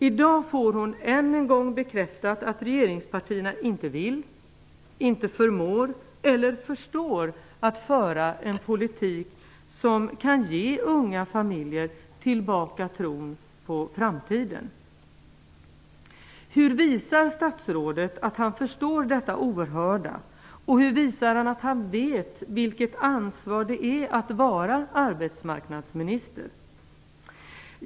I dag får hon än en gång bekräftat att regeringspartierna inte vill och inte förmår -- kanske inte förstår -- föra en politik som kan ge unga familjer tillbaka tron på framtiden. Hur visar han att han vet vilket ansvar det är att vara arbetsmarknadsminister?